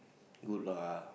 good lah